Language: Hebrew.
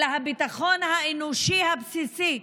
אלא הביטחון האנושי הבסיסי.